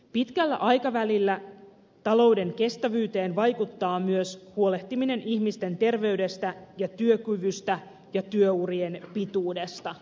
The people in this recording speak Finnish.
pitkällä aikavälillä talouden kestävyyteen vaikuttaa myös huolehtiminen ihmisten terveydestä ja työkyvystä ja työurien pituudesta